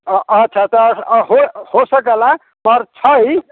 अच्छा तऽ अऽ हो हो सकैला पर छै